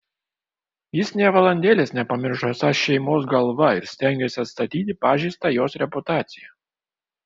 jis nė valandėlės nepamiršo esąs šeimos galva ir stengėsi atstatyti pažeistą jos reputaciją